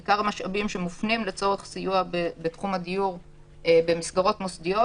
שמופנים לצורך סיוע בתחום הדיור במסגרות מוסדיות